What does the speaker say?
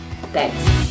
Thanks